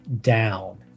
down